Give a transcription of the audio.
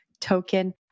token